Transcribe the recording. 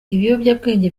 ibiyobyabwenge